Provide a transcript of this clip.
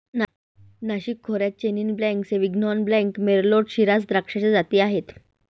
नाशिक खोऱ्यात Chenin blanc, Sauvignon blanc, Merlot, Shiraz द्राक्षाच्या जाती आहेत